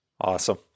Awesome